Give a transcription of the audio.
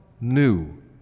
new